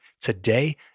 today